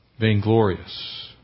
vainglorious